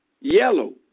yellow